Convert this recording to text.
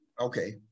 Okay